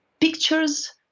pictures